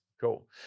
cool